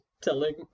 telling